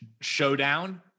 showdown